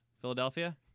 Philadelphia